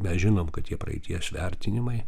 mes žinom kad tie praeities vertinimai